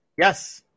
Yes